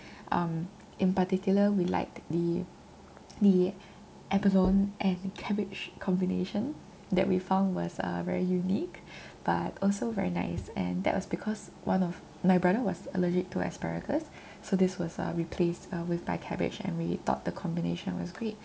um in particular we liked the the abalone and cabbage combination that we found was uh very unique but also very nice and that was because one of my brother was allergic to asparagus so this was uh replaced uh with by cabbage and we thought the combination was great